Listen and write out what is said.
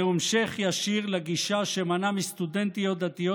זהו המשך ישיר לגישה שמנעה מסטודנטיות דתיות